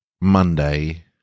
Monday